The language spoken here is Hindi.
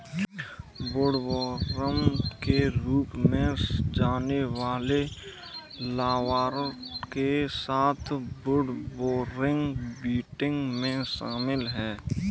वुडवर्म के रूप में जाने वाले लार्वा के साथ वुडबोरिंग बीटल में शामिल हैं